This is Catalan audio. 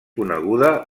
coneguda